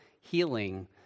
healing